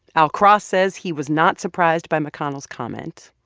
al cross says he was not surprised by mcconnell's comment.